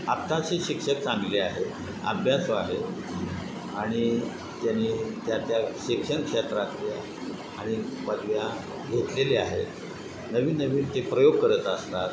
आताचे शिक्षक चांगले आहेत अभ्यास आहेत आणि त्यानी त्यात्या शिक्षण क्षेत्रातल्या आणि पदव्या घेतलेले आहेत नवीन नवीन ते प्रयोग करत असतात